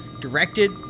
directed